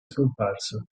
scomparso